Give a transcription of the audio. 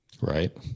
Right